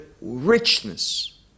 richness